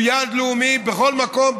הוא יעד לאומי בכל מקום,